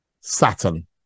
Saturn